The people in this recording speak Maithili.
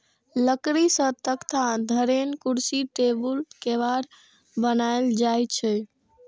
लकड़ी सं तख्ता, धरेन, कुर्सी, टेबुल, केबाड़ बनाएल जाइ छै